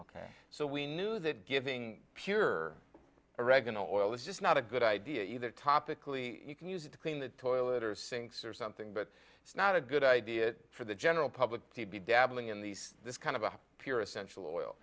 oils so we knew that giving pure oregano oil is just not a good idea either topically you can use it to clean the toilet or sinks or something but it's not a good idea for the general public to be dabbling in these this kind of a pure essential oil